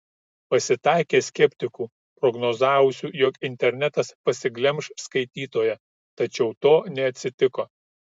pasitaikė skeptikų prognozavusių jog internetas pasiglemš skaitytoją tačiau to neatsitiko